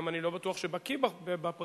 אני גם לא בטוח שבקי בפרטים,